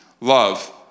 love